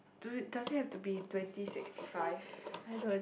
do does it have to be twenty sixty five